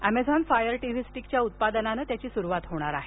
Amazon Fire TV स्टिकच्या उत्पादनाने त्याची सुरुवात होणार आहे